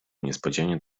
niespodzianie